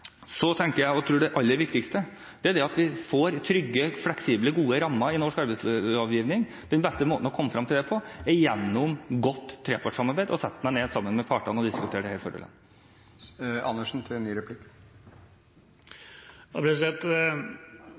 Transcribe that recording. Jeg tror det aller viktigste er at vi får trygge, fleksible og gode rammer i norsk arbeidslivslovgivning. Den beste måten å komme fram til det på er gjennom et godt trepartssamarbeid – å sette seg ned sammen med partene og diskutere disse forholdene. Jeg må få lov til